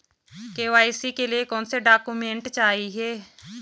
KYC के लिए कौनसे डॉक्यूमेंट चाहिये?